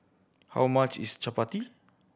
how much is chappati